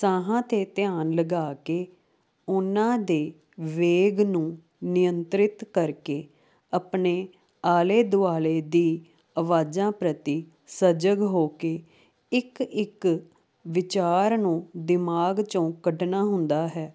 ਸਾਹਾਂ 'ਤੇ ਧਿਆਨ ਲਗਾ ਕੇ ਉਹਨਾਂ ਦੇ ਵੇਗ ਨੂੰ ਨਿਯੰਤਰਿਤ ਕਰਕੇ ਆਪਣੇ ਆਲੇ ਦੁਆਲੇ ਦੀ ਆਵਾਜ਼ਾਂ ਪ੍ਰਤੀ ਸਜਗ ਹੋ ਕੇ ਇੱਕ ਇੱਕ ਵਿਚਾਰ ਨੂੰ ਦਿਮਾਗ 'ਚੋਂ ਕੱਢਣਾ ਹੁੰਦਾ ਹੈ